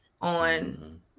on